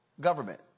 Government